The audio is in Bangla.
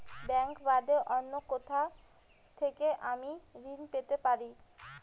ব্যাংক বাদে অন্য কোথা থেকে আমি ঋন পেতে পারি?